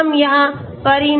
तो हम यहां परिणाम देख सकते हैं